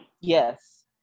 Yes